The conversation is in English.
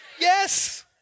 Yes